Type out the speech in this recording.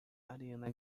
ariana